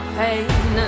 pain